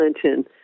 Clinton